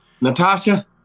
Natasha